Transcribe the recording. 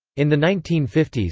in the nineteen fifty s,